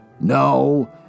No